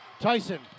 Tyson